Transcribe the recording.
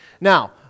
Now